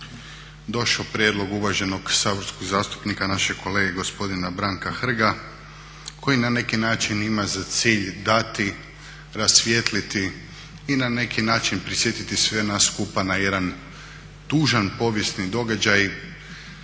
došao prijedlog uvaženog saborskog zastupnika našeg kolege gospodina Branka Hrga koji na neki način ima za cilj dati, rasvijetliti i na neki način prisjetiti sve nas skupa na jedan tužan povijesni događaj